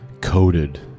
Coated